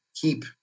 keep